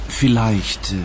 vielleicht